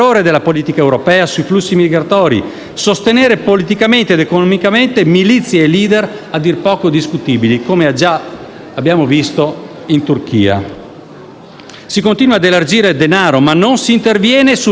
Si continua ad elargire denaro, ma non si interviene sulle cause profonde delle migrazioni e il nostro Paese è costretto a gestire un fenomeno epocale praticamente da solo. Ebbene, i partiti di Governo,